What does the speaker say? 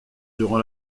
durant